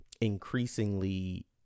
increasingly